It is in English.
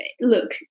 look